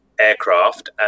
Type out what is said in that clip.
aircraft